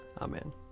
Amen